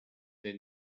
they